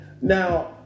Now